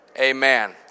Amen